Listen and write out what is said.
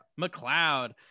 mcleod